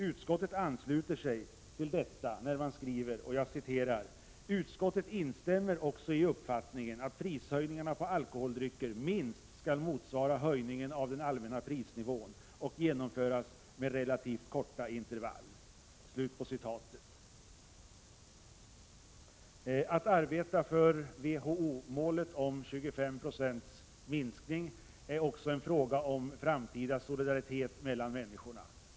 Utskottet ansluter sig till detta när man skriver: ”och utskottet instämmer också i uppfattningen att prishöjningarna på alkoholdrycker minst skall motsvara höjningen av den allmänna prisnivån och genomföras med relativt korta intervall”. Att arbeta för WHO-målet om 25 90 minskning är också en fråga om framtida solidaritet mellan människorna.